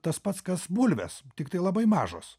tas pats kas bulvės tiktai labai mažos